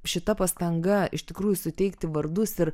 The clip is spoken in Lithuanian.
šita pastanga iš tikrųjų suteikti vardus ir